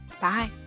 Bye